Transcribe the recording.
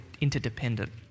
interdependent